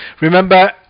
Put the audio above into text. remember